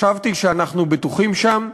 חשבתי שאנחנו בטוחים שם,